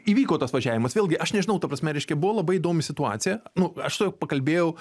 įvyko tas važiavimas vėlgi aš nežinau ta prasme reiškia buvo labai įdomi situacija nu aš su juo pakalbėjau